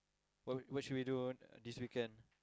what should we do this weekend